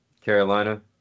Carolina